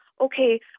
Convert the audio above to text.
okay